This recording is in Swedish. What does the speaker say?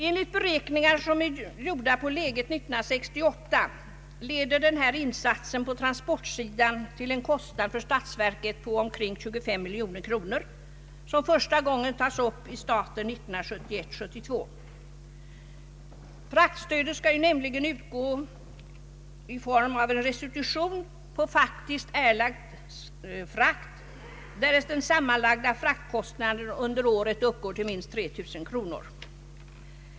Enligt beräkningar som är gjorda på grundval av läget 1968 leder den här insatsen på transportsidan till en kostnad för statsverket på ungefär 25 miljoner kronor, som första gången tas upp i staten 1971/72. Fraktstödet skall nämligen utgå i form av restitution på faktiskt erlagd frakt, därest den sammanlagda fraktkostnaden under året uppgår till minst 3 000 kronor.